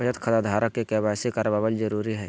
बचत खता धारक के के.वाई.सी कराबल जरुरी हइ